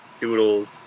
doodles